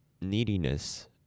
Neediness